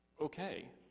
Okay